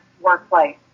workplace